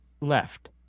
left